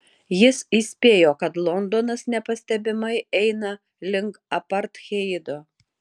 jis įspėjo kad londonas nepastebimai eina link apartheido